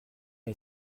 est